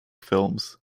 films